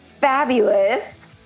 fabulous